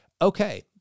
Okay